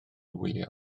wylio